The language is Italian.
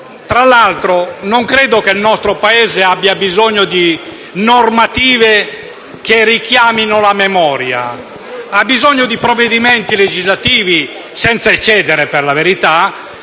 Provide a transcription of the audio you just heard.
Tra l'altro, non credo che il nostro Paese abbia bisogno di normative che richiamino la memoria; ha bisogno di provvedimenti legislativi - senza eccedere, per la verità